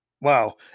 Wow